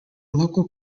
local